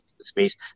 space